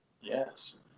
Yes